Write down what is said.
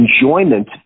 enjoyment